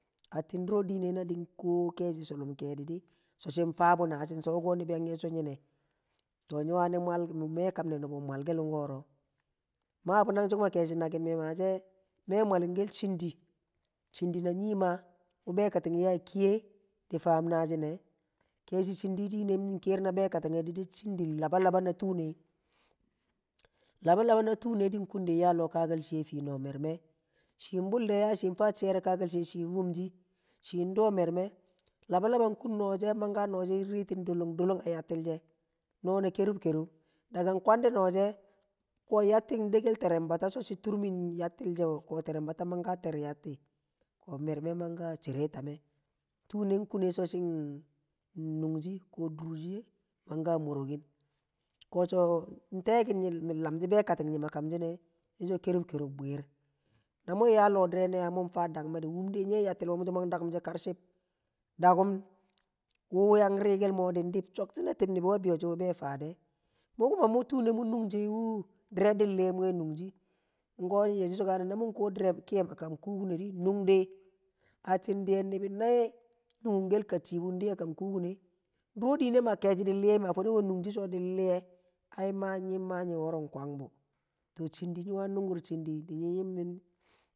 Atin duro diine na din nkwo shullum keedi di so shing faabu naashin wuko nibi yan yeshi so nyine to nyi wani mwal me kamne nubu mwal kel woro mabu nangshi keshi nakin mi maashe me mwallinel chindi chindi na nyi mah bekattin ya kiye di faan naashine keshi chindi min liyer na bekatine dishi chindi lanalaba na tuune labalaba na tuune din kundin ya llo kakal shiye a nob merme shihng bul de ya shing fa chiyer ne kakal shiye shi wumshi shi doo memer labalaba kun nooshe maa ka nooshi rittin dolong dolong a yattile she noo na kemb kerub kwandi noo she yatti ndekel terem bata so shi turmin yattil so ko terrem bata maang ka ter yatti ko merme maanka chere a tame tuune kune so shin nungshi ko durshe maaka moroki ko so nte mi lamshi bekatin nyim a kamjine mi so kerub kerub maa kwanji na nung yaa a llo dire ya mung faa dangme di wumde nye yattil mo mu so mu yan dakum shi kerchib dakum wu yang rii kel mo chocktine tib nibi be faadu mu kuma mu tuune mu nungshiyo dire din liye muwe nungshiye, wuko din yeshi so na mun kuwo dire kiyem akamnekubune di nung de atin nibi nai nugunrun ka cib wu di a kamne kubune duro diine ma keshi din liye ai ma nyi maa nyi woro kwang bu tu cindi nyi wani nungur cindi nyi nyimin.